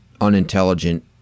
unintelligent